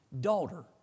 Daughter